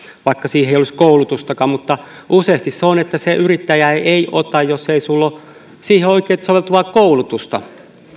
vaikka siihen ei olisi koulutustakaan mutta useasti on niin että yrittäjä ei ei ota jos sinulla ei ole siihen oikeasti soveltuvaa koulutusta